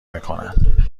میکنن